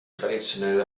traditionell